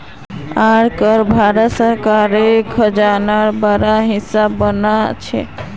आय कर भारत सरकारेर खजानार बड़ा हिस्सा बना छे